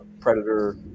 Predator